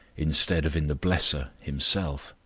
instead of in the blesser himself,